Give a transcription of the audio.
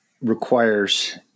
requires